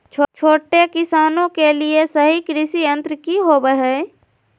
छोटे किसानों के लिए सही कृषि यंत्र कि होवय हैय?